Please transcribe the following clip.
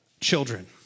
children